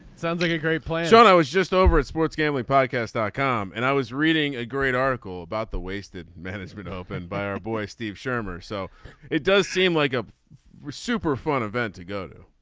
sounds like a great place. and i was just over at sports game we podcast our com and i was reading a great article about the waste management open by our boy steve shermer. so it does seem like a super fun event to go to.